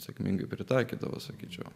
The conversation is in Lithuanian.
sėkmingai pritaikydavo sakyčiau